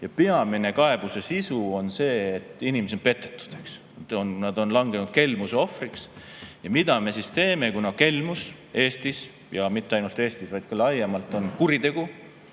Ja peamine kaebuse sisu on see, et inimesi on petetud, nad on langenud kelmuse ohvriks. Ja mida me siis teeme? Kuna Eestis, ja mitte ainult Eestis, vaid ka laiemalt, on kelmus